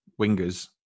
wingers